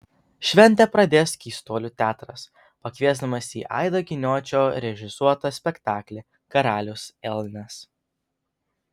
šventę pradės keistuolių teatras pakviesdamas į aido giniočio režisuotą spektaklį karalius elnias